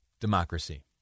democracy